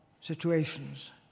situations